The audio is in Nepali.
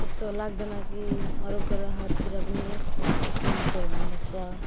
त्यस्तो लाग्दैन कि अरू ग्रहतिर पनि मान्छेहरू हुनसक्छ